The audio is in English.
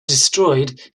destroyed